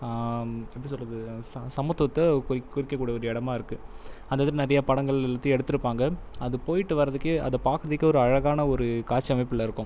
எப்படி சொல்கிறது ச சம சமத்துவத்தை குறி குறிக்க கூடிய ஒரு இடமாக இருக்குது அந்த இதுக்கு நிறைய படங்கள் வச்சு எடுத்துருப்பாங்கள் அது போயிட்டு வரத்துக்கே அதை பார்க்குறதுக்கே ஒரு அழகான ஒரு காட்சி அமைப்பில் இருக்கும்